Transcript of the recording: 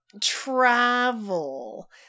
travel